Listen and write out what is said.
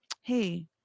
hey